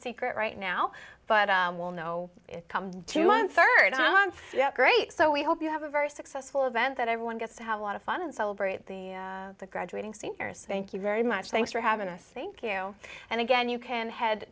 secret right now but i will know come june rd i'm great so we hope you have a very successful event that everyone gets to have a lot of fun and celebrate the of the graduating seniors thank you very much thanks for having us thank you and again you can head